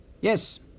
Yes